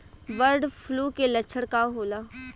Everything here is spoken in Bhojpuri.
बर्ड फ्लू के लक्षण का होला?